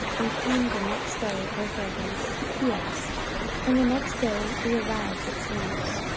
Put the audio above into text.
and came the next day over against chios and the next day we arrived at samos,